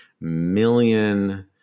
million